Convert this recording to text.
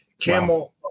Camel